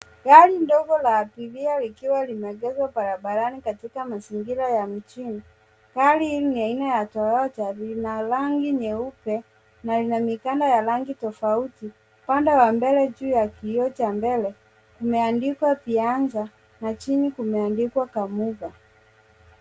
Gari ndogo la abiria likiwa limeegeswa barabarani katika mazingira ya mjini. Gari hii ni aina ya Toyata, lina rangi nyeupe na inaonekana ya rangi tafauti. Upande wa mbele juu ya kioo cha mbele kumeandikwa Bianca na jina kumeandikwa kamuga .